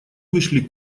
вышли